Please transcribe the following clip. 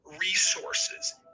resources